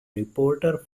reporter